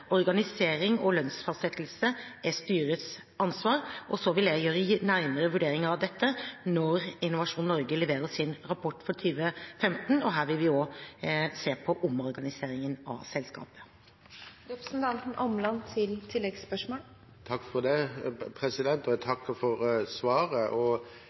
Organisering og lønnsfastsettelse er styrets ansvar. Jeg vil gjøre nærmere vurderinger av dette når Innovasjon Norge leverer sin rapport for 2015. Her vil vi også se på omorganiseringen av selskapet. Jeg takker for svaret. Jeg forstår det slik at dialogen mellom selskapet og